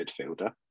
midfielder